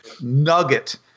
nugget